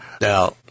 Now